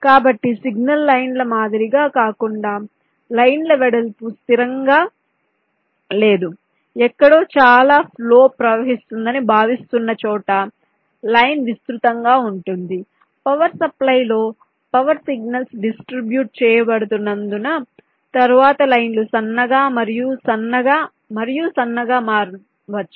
కాబట్టి సిగ్నల్ లైన్ల మాదిరిగా కాకుండా లైన్ ల వెడల్పు స్థిరంగా లేదు ఎక్కడో చాలా ఫ్లో ప్రవహిస్తుందని భావిస్తున్న చోట లైన్ విస్తృతంగా ఉంటుంది పవర్ సప్లై లో పవర్ సిగ్నల్స్ డిస్ట్రిబ్యూట్ చేయబడుతున్నందున తరువాత లైన్ లు సన్నగా మరియు సన్నగా మరియు సన్నగా మారవచ్చు